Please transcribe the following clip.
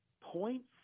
points